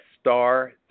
star